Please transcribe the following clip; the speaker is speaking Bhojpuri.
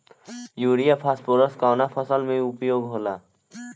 युरिया फास्फोरस कवना फ़सल में उपयोग होला?